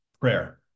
prayer